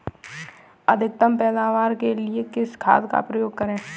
अधिकतम पैदावार के लिए किस खाद का उपयोग करें?